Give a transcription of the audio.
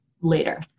later